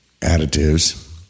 additives